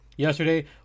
yesterday